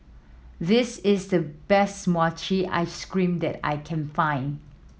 this is the best mochi ice cream that I can find